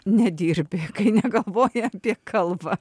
nedirbi kai negalvoji apie kalbą